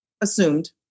assumed